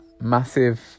massive